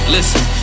Listen